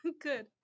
good